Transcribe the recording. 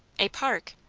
a park!